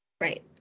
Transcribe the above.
Right